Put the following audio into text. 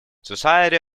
society